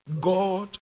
God